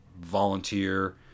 volunteer